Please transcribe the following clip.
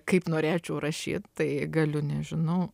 kaip norėčiau rašyt tai galiu nežinau